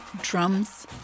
Drums